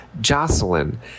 jocelyn